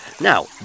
Now